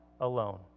alone